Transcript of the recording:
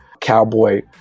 Cowboy